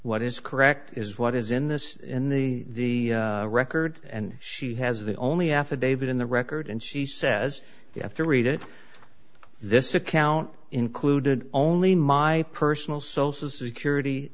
what is correct is what is in this in the records and she has the only affidavit in the record and she says you have to read it this account included only my personal social security